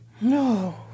No